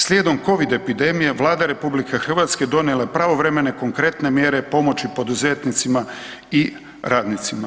Slijedom covid epidemije Vlada RH donijela je pravovremene konkretne mjere pomoći poduzetnicima i radnicima.